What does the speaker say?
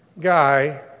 guy